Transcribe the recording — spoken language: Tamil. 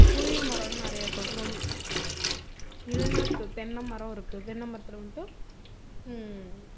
புளியமரம் வந்து நிறைய இருக்குது அப்புறம் இளநீருக்கு தென்னை மரம் இருக்குது தென்னை மரத்தில் வந்துட்டு